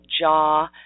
Jaw